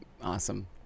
Awesome